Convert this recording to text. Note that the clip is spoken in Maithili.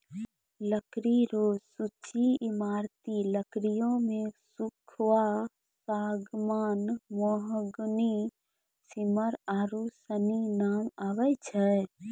लकड़ी रो सूची ईमारती लकड़ियो मे सखूआ, सागमान, मोहगनी, सिसम आरू सनी नाम आबै छै